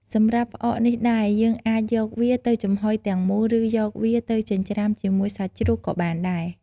សម្រាប់ផ្អកនេះដែរ យើងអាចយកវាទៅចំហុយទាំងមូល ឬ យកវាទៅចិញ្ច្រាំជាមួយសាច់ជ្រូកក៏បានដែរ។